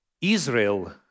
Israel